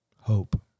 Hope